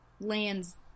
lands